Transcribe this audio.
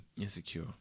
Insecure